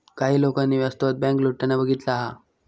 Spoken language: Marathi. काही लोकांनी वास्तवात बँक लुटताना बघितला हा